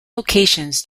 locations